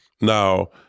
Now